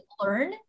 learn